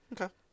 Okay